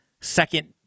second